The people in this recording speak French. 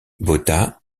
botha